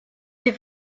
les